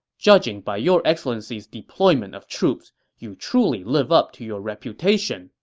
judging by your excellency's deployment of troops, you truly live up to your reputation,